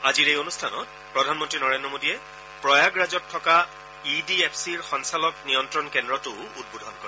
আজিৰ এই অনুষ্ঠানত প্ৰধানমন্ত্ৰী নৰেন্দ্ৰ মোডীয়ে প্ৰয়াগৰাজত থকা ই ডি এফ চিৰ সঞ্চালন নিয়ন্ত্ৰণ কেন্দ্ৰটোও উদ্বোধন কৰে